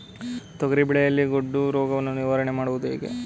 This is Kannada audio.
ತೊಗರಿ ಬೆಳೆಯಲ್ಲಿ ಗೊಡ್ಡು ರೋಗವನ್ನು ನಿವಾರಣೆ ಮಾಡುವುದು ಹೇಗೆ?